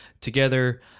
together